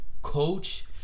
coach